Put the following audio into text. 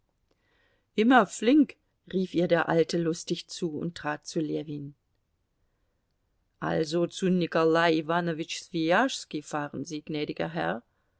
immer flink rief ihr der alte lustig zu und trat zu ljewin also zu nikolai iwanowitsch swijaschski fahren sie gnädiger herr